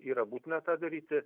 yra būtina tą daryti